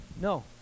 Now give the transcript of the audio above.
No